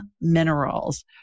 Minerals